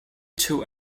two